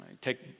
Take